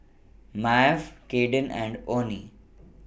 Maeve Caiden and Onnie